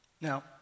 Now